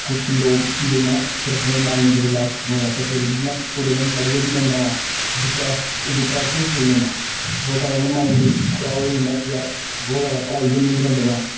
ते कुछ लोक गेमां सिर्फ उनें माइंड रिलैक्स करने बास्तै खेलदे जियां पूरे दिन पढ़ियै बी बंदा डिप्रै डिप्रैशन च चली जंदा बहुत ज्यादा इ'यां माइंड थोह्ड़ा ओह् होई जंदा कि यार बहुत ज्यादा पढ़ाई बी निं होंदी बंदे कोला